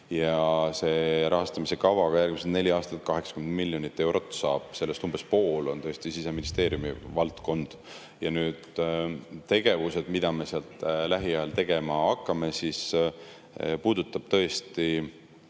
See rahastamise kava saab järgmisel neljal aastal 80 miljonit eurot. Sellest umbes pool on tõesti Siseministeeriumi valdkond. Tegevused, mida me sealt lähiajal tegema hakkame, puudutavad tõesti